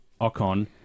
Ocon